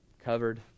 covered